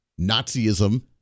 Nazism